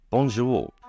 Bonjour